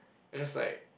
I just like